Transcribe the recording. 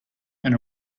and